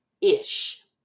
ish